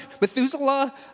Methuselah